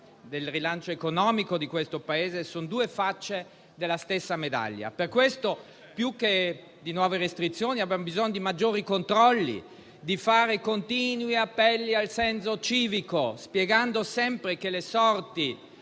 il rilancio economico di questo Paese sono due facce della stessa medaglia. Per questo, più che di nuove restrizioni, abbiamo bisogno di maggiori controlli, di fare continui appelli al senso civico, spiegando sempre che le sorti